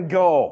go